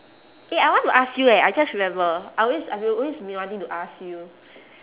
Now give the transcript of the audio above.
eh I want to ask you eh I just remember I always I been always been wanting to ask you